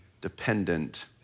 dependent